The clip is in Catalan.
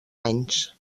anys